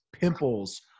pimples